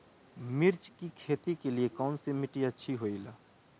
मिर्च की खेती के लिए कौन सी मिट्टी अच्छी होईला?